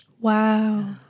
Wow